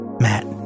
Matt